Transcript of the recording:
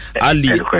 Ali